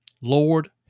Lord